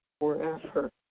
forever